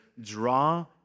draw